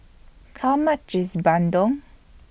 How much IS Bandung